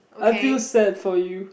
I feel sad for you